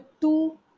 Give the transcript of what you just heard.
two